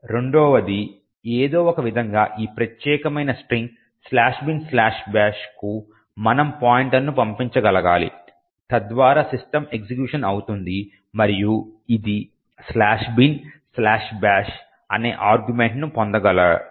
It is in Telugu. రెండవది ఏదో ఒకవిధంగా ఈ ప్రత్యేకమైన స్ట్రింగ్ "binbash"కు మనం పాయింటర్ను పంపించగలగాలి తద్వారా సిస్టమ్ ఎగ్జిక్యూషన్ అవుతుంది మరియు ఇది "binbash" అనే ఆర్గ్యుమెంట్ ను పొందగలదు